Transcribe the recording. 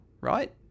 right